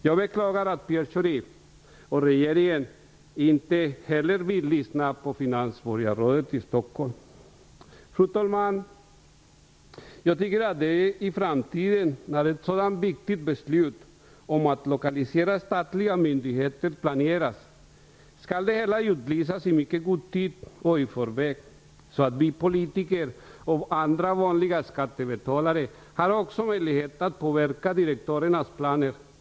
Jag beklagar att Pierre Schori och regeringen inte heller vill lyssna på finansborgarrådet i Stockholm. Fru talman! Jag tycker att när ett sådant viktigt beslut om att lokalisera statliga myndigheter planeras i framtiden skall det hela utlysas i mycket god tid i förväg så att vi politiker och vanliga skattebetalare också har möjlighet att påverka direktörernas planer.